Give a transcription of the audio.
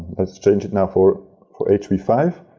let's change it now for for h v five.